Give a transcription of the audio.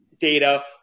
data